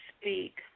speak